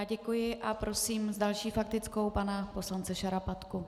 Děkuji a prosím s další faktickou pana poslance Šarapatku.